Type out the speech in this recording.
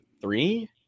three